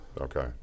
Okay